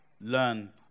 learn